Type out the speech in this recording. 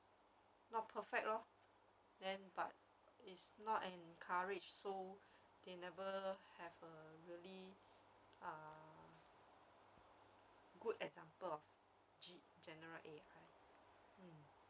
not perfect lor then but it's not encouraged so they never have a really ah good example of G general A_I mm